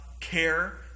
care